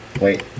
Wait